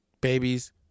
Babies